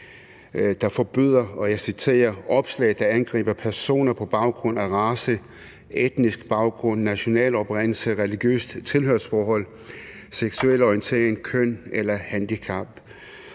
der forbyder – og jeg citerer – opslag, der angriber personer på baggrund af race, etnisk baggrund, national oprindelse, religiøst tilhørsforhold, seksuel orientering, køn eller handicap.